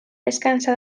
descansa